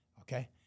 Okay